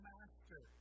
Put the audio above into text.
Master